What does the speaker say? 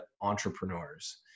entrepreneurs